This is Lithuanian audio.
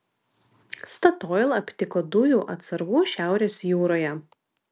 statoil aptiko dujų atsargų šiaurės jūroje